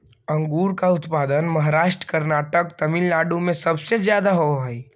अंगूर का उत्पादन महाराष्ट्र, कर्नाटक, तमिलनाडु में सबसे ज्यादा होवअ हई